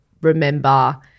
remember